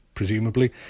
presumably